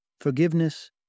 Forgiveness